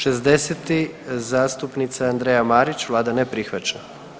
60. zastupnica Andreja Marić, vlada ne prihvaća.